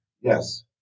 Yes